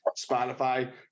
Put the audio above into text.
Spotify